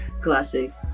classic